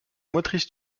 motrices